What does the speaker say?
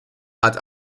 hat